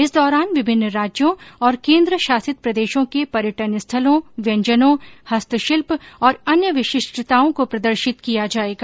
इस दौरान विभिन्न राज्यों और ँकेंद्र शासित प्रदेशों के पर्यटन स्थलों व्यंजनों हस्तशिल्प और अन्य विशिष्टताओं को प्रदर्शित किया जाएगा